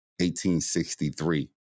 1863